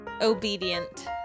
Obedient